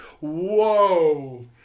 Whoa